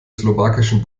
slowakischen